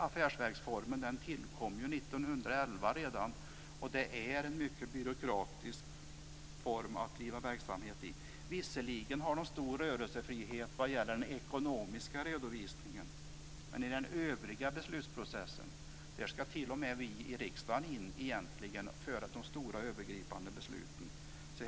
Affärsverksformen tillkom redan 1911. Det är en mycket byråkratisk form att driva verksamhet i. Visserligen har man en stor rörelsefrihet vad gäller den ekonomiska redovisningen, men i den övriga beslutsprocessen ska t.o.m. vi i riksdagen egentligen in för de stora övergripande besluten.